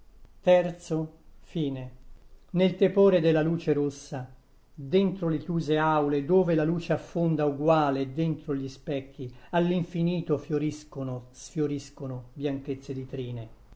e ne el tepore della luce rossa dentro le chiuse aule dove la luce affonda uguale dentro gli specchi all'infinito fioriscono sfioriscono bianchezze di trine